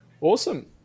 Awesome